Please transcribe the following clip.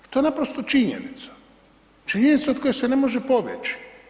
To je naprosto činjenica, činjenica od koje se ne može pobjeći.